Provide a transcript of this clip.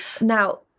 Now